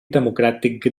democràtic